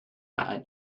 ein